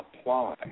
apply